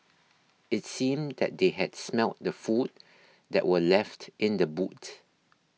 it seemed that they had smelt the food that were left in the boot